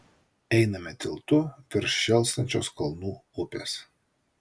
einame tiltu virš šėlstančios kalnų upės